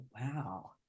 Wow